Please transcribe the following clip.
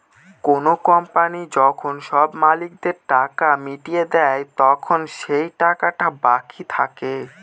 কোনো কোম্পানি যখন সব মালিকদের টাকা মিটিয়ে দেয়, তখন যে টাকাটা বাকি থাকে